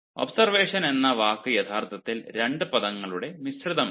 observation എന്ന വാക്ക് യഥാർത്ഥത്തിൽ 2 പദങ്ങളുടെ മിശ്രിതമാണ്